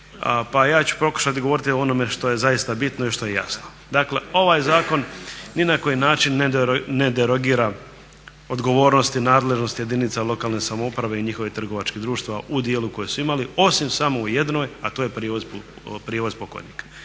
pa ja ću pokušati govoriti o onome što je zaista bitno i što je jasno. Dakle, ovaj zakon ni na koji način ne derogira odgovornost i nadležnost jedinica lokalne samouprave i njihovih trgovačkih društava u dijelu koji su imali osim u samo jednoj a to je prijevoz pokojnika.